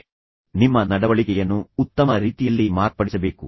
ಇದು ನಿಮ್ಮ ನಡವಳಿಕೆಯನ್ನು ಉತ್ತಮ ರೀತಿಯಲ್ಲಿ ಮಾರ್ಪಡಿಸಬೇಕು